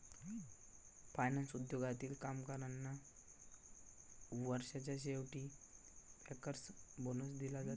finance उद्योगातील कामगारांना वर्षाच्या शेवटी बँकर्स बोनस दिला जाते